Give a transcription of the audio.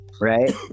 right